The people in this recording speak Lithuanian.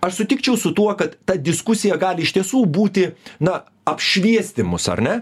aš sutikčiau su tuo kad ta diskusija gali iš tiesų būti na apšviesti mus ar ne